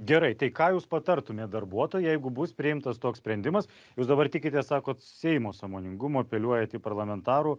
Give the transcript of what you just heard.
gerai tai ką jūs patartumėt darbuotojui jeigu bus priimtas toks sprendimas jūs dabar tikitės sakot seimo sąmoningumo apeliuojat į parlamentarų